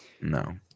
no